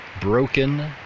broken